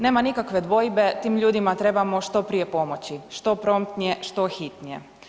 Nema nikakve dvojbe, tim ljudima trebamo što prije pomoći, što promptnije, što hitnije.